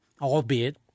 albeit